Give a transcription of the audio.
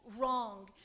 wrong